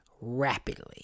rapidly